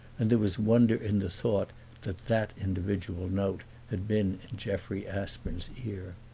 and there was wonder in the thought that that individual note had been in jeffrey aspern's ear.